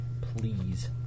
Please